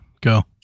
go